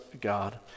God